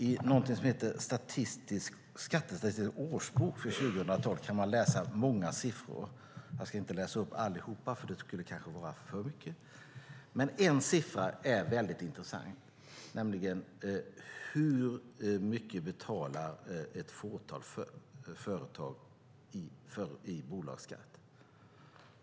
I någonting som heter Skattestatistisk årsbok 2012 kan man läsa många siffror. Jag ska inte läsa upp allihop. Det skulle kanske vara för mycket. Men en siffra är mycket intressant, nämligen hur mycket ett fåtal företag betalar i bolagsskatt.